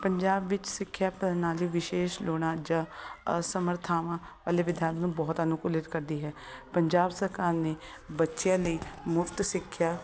ਪੰਜਾਬ ਵਿੱਚ ਸਿੱਖਿਆ ਪ੍ਰਣਾਲੀ ਵਿਸ਼ੇਸ਼ ਲੋੜਾਂ ਜਾਂ ਅਸਮਰਥਾਵਾਂ ਅਲਵਿਦਾ ਨੂੰ ਬਹੁਤ ਅਨੁਕੂਲਿਤ ਕਰਦੀ ਹੈ ਪੰਜਾਬ ਸਰਕਾਰ ਨੇ ਬੱਚਿਆਂ ਲਈ ਮੁਫਤ ਸਿੱਖਿਆ